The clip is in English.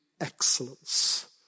excellence